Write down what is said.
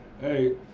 Hey